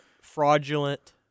fraudulent